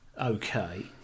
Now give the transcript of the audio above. Okay